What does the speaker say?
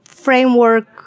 framework